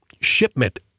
shipment